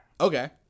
Okay